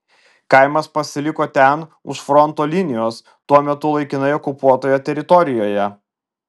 kaimas pasiliko ten už fronto linijos tuo metu laikinai okupuotoje teritorijoje